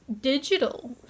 digital